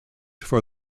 for